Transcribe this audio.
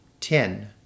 Ten